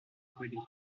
puede